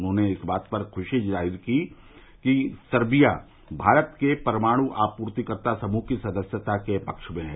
उन्होंने इस बात पर खुशी जाहिर की कि सर्बिया भारत के परमाणु आपूर्तिकर्ता समूह की सदस्यता के पक्ष में है